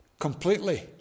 completely